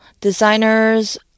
Designers